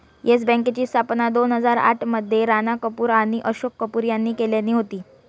yes बँकेची स्थापना दोन हजार आठ मध्ये राणा कपूर आणि अशोक कपूर यांनी केल्यानी होती